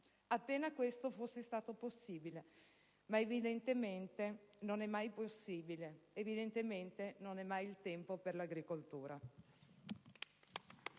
appena fosse stato possibile. Ma, evidentemente, non è mai possibile: evidentemente non è mai il tempo per l'agricoltura.